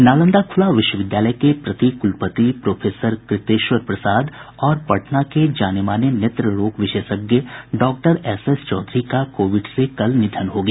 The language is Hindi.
नालंदा खुला विश्वविद्यालय के प्रतिकुलपति प्रोफेसर कृतेश्वर प्रसाद और पटना के जाने माने नेत्र रोग विशेषज्ञ डॉक्टर एस एस चौधरी का कोविड से कल निधन हो गया